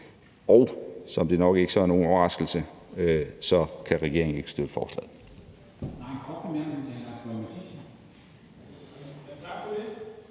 og det er nok ikke nogen overraskelse, at regeringen ikke kan støtte forslaget.